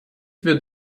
wird